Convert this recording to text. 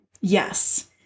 Yes